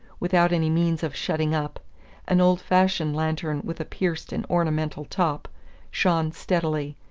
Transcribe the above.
without any means of shutting up an old-fashioned lantern with a pierced and ornamental top shone steadily,